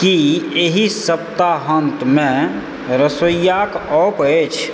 की एहि सप्ताहांतमे रसोइयाक ऑफ अछि